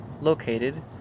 located